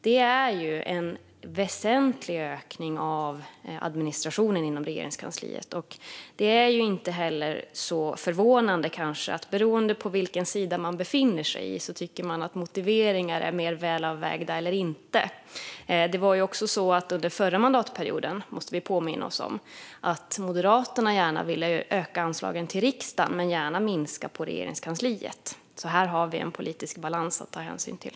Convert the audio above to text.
Det är en väsentlig ökning av administrationen inom Regeringskansliet. Det är kanske inte så förvånande att man, beroende på vilken sida man befinner sig på, tycker att motiveringar är mer välavvägda eller inte. Under förra mandatperioden, måste vi påminna oss om, ville Moderaterna gärna öka anslagen till riksdagen men minska dem till Regeringskansliet. Här har vi en politisk balans att ta hänsyn till.